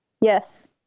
Yes